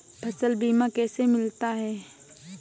फसल बीमा कैसे मिलता है?